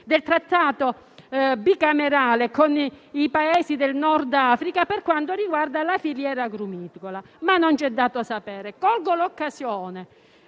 del trattato bicamerale con i Paesi del Nord Africa per quanto riguarda la filiera agrumicola. Ma non ci è dato sapere. Colgo l'occasione